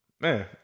man